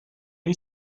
est